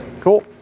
cool